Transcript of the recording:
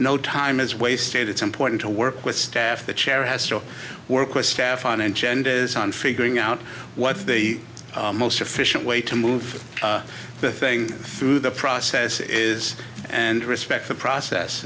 no time is wasted it's important to work with staff the chair has to work with staff on agendas on figuring out what's the most efficient way to move the thing through the process it is and respect the process